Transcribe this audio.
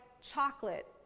chocolate